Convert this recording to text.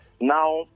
Now